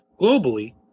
globally